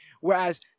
whereas